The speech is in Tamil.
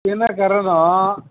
தினகரனும்